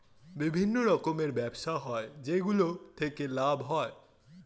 বিভিন্ন রকমের ব্যবসা হয় যেগুলো থেকে লাভ হয়